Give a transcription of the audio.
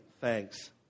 thanks